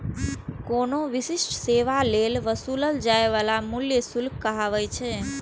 कोनो विशिष्ट सेवा लेल वसूलल जाइ बला मूल्य शुल्क कहाबै छै